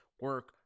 Work